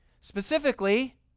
specifically